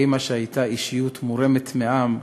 האימא, שהייתה אישיות מורמת מעם,